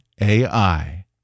AI